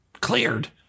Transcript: cleared